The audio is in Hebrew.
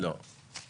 לא.